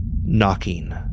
Knocking